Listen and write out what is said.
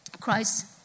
Christ